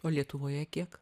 o lietuvoje kiek